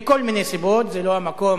מכל מיני סיבות, זה לא המקום